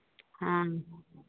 हाँ